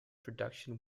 production